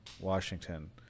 Washington